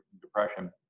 Depression